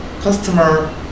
customer